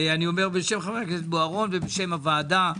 אני אומר בשם חבר הכנסת בוארןו ובשם הוועדה.